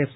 F